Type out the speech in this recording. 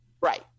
Right